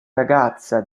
ragazza